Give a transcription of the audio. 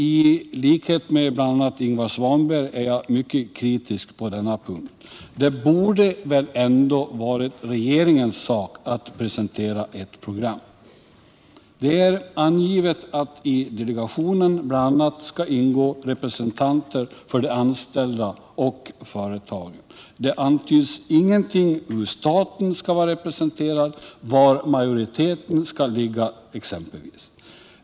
I likhet med bl.a. Ingvar Svanberg är jag mycket kritisk på denna punkt. Det borde väl ändå ha varit regeringens sak att presentera ett program! Det är angivet att i delegationen bl.a. skall ingå representanter för de anställda och företagen. Det antyds ingenting om exempelvis hur staten skall vara representerad, var majoriteten skall ligga.